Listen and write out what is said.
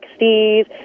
60s